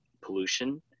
pollution